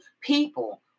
people